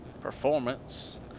Performance